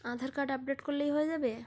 আধার card update করলেই হয়ে যাবে